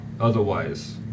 Otherwise